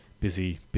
busy